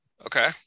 Okay